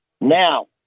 Now